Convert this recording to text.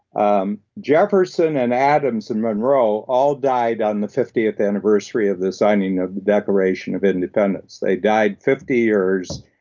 um jefferson and adams and monroe all died on the fiftieth anniversary of the signing of the declaration of independence. they died fifty years,